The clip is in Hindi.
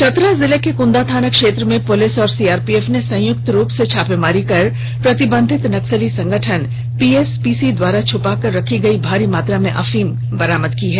चतरा जिले के कृदा थाना क्षेत्र में पुलिस और सीआपीएफ ने संयुक्त रूप से छापेमारी कर प्रतिबंधित नक्सली संगठन पीएसपीसी द्वारा छुपाकर रखी गयी भारी मात्रा में अफीम बरामद की है